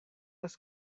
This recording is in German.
das